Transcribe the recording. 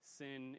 sin